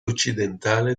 occidentale